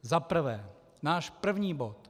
Za prvé, náš první bod.